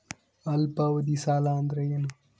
ಅಲ್ಪಾವಧಿ ಸಾಲ ಅಂದ್ರ ಏನು?